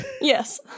Yes